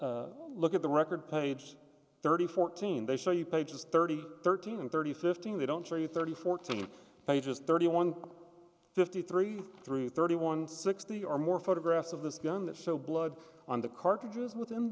but look at the record page thirty fourteen they show you pages thirty thirteen and thirty fifteen they don't show you thirty fourteen pages thirty one fifty three through thirty one sixty or more photographs of this gun that show blood on the cartridges within